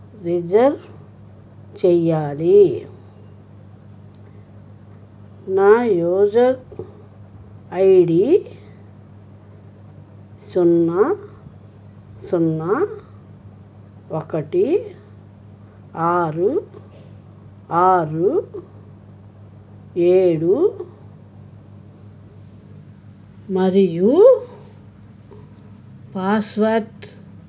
reserve చెయ్యాలి నా user ID సున్నా సున్నా ఒకటి ఆరు ఆరు ఏడు మరియు పాస్వర్డ్